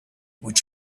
would